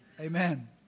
Amen